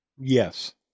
Yes